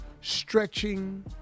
stretching